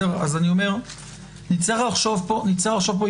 נצטרך לחשוב פה,